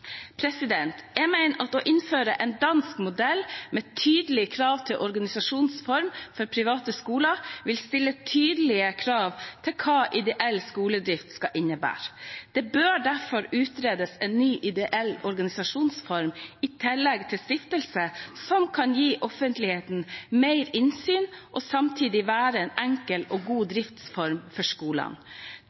Jeg mener at å innføre en dansk modell med tydelige krav til organisasjonsform for private skoler vil stille tydelige krav til hva ideell skoledrift skal innebære. Det bør derfor utredes en ny ideell organisasjonsform, i tillegg til stiftelse, som kan gi offentligheten større innsyn og samtidig være en enkel og god driftsform for skolene.